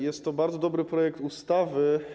Jest to bardzo dobry projekt ustawy.